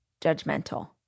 judgmental